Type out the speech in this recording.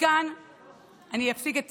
כאן אני אפסיק את